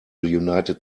united